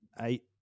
eight